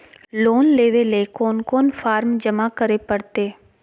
Loan लेवे ले कोन कोन फॉर्म जमा करे परते?